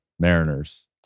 Mariners